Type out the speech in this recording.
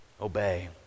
obey